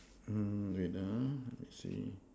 mm wait ah I see